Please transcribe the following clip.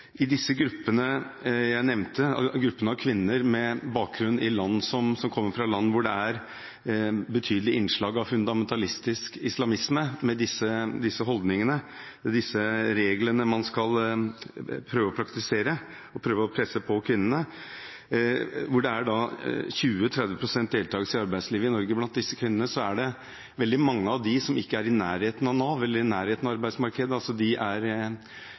Blant disse gruppene som jeg nevnte, gruppen av kvinner som kommer fra land hvor det er betydelig innslag av fundamentalistisk islamisme – med disse holdningene og disse reglene man skal prøve å praktisere og prøve å presse på kvinnene, og hvor det er 20–30 pst. deltagelse i arbeidslivet i Norge blant kvinnene – er det veldig mange som ikke er i nærheten av Nav eller i nærheten av arbeidsmarkedet, de er